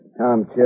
Tom